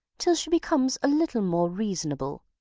till she becomes a little more reasonable.